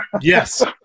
Yes